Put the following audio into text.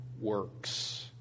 works